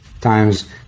times